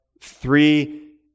three